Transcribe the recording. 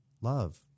love